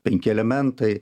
penki elementai